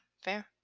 fair